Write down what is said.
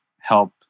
help